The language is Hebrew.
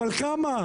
אבל כמה,